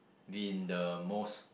be in the most